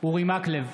אורי מקלב,